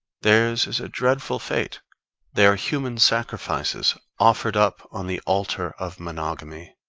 theirs is a dreadful fate they are human sacrifices offered up on the altar of monogamy.